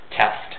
test